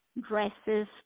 dresses